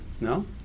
No